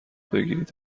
بگیرید